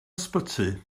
ysbyty